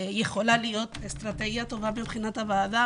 שיכולה להיות אסטרטגיה טובה מבחינת הוועדה,